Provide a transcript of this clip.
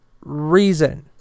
reason